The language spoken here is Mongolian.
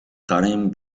гарын